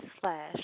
slash